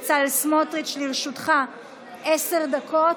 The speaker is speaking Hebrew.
סמוטריץ', לרשותך עשר דקות.